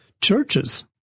churches